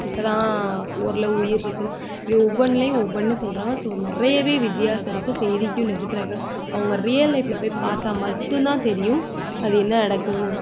இப்போ தான் ஓரளவு உயிர் இருக்குதுன்னு இப்படி ஒவ்வொன்றுலையும் ஒவ்வொன்று சொல்கிறாங்க ஸோ நிறையவே வித்தியாசம் இருக்குது செய்திக்கும் நிஜத்துல நடக்க அவங்க ரியல் லைஃப்பில் போய் பார்த்தா மட்டுந்தான் தெரியும் அது என்ன நடக்குதுன்னு